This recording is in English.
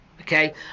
Okay